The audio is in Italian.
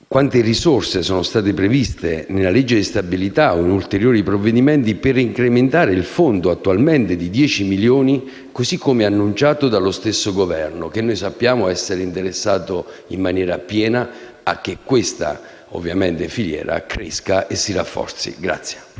quante risorse sono state previste nella legge di stabilità o in ulteriori provvedimenti per incrementare il fondo, attualmente di 10 milioni, così come annunciato dallo stesso Governo, che sappiamo essere interessato in maniera piena a che questa filiera cresca e si rafforzi?